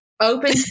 open